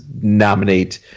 nominate